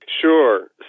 Sure